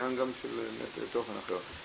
עניין של תוכן אחר.